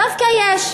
דווקא יש קשר.